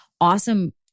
awesome